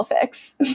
fix